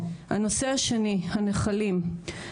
הנושא השני, הנחלים.